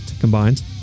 combined